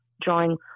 drawing